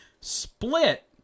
Split